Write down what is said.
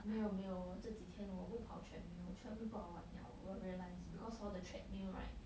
没有没有我这几天我不跑 treadmill treadmill 不好玩 liao 我 realise because hor the treadmill right